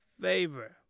favor